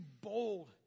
bold